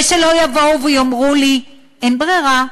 ושלא יבואו ויאמרו לי: אין ברירה,